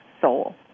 soul